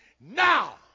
Now